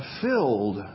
filled